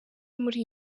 muri